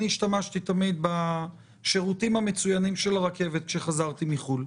אני השתמשתי תמיד בשירותים המצוינים של הרכבת כשחזרתי מחו"ל.